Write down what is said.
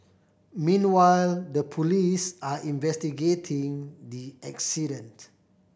meanwhile the police are investigating the accident